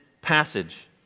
passage